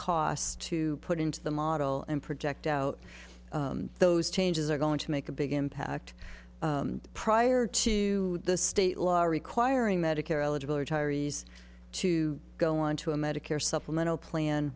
costs to put into the model and project out those changes are going to make a big impact prior to the state law requiring medicare eligible retirees to go onto a medicare supplemental plan